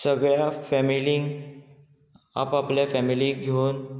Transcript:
सगळ्या फॅमिलीक आप आपल्या फॅमिलीक घेवन